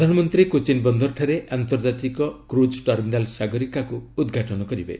ପ୍ରଧାନମନ୍ତ୍ରୀ କୋଚିନ୍ ବନ୍ଦରଠାରେ ଆନ୍ତର୍ଜାତିକ କ୍ରସ୍ ଟର୍ମିନାଲ୍ 'ସାଗରିକା'କୁ ଉଦ୍ଘାଟନ କରିବେ